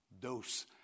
dose